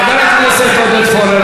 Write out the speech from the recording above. חבר הכנסת עודד פורר.